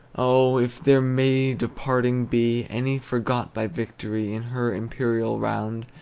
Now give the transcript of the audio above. oh, if there may departing be any forgot by victory in her imperial round,